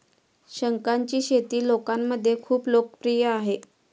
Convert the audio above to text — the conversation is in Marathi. शंखांची शेती लोकांमध्ये खूप लोकप्रिय आहे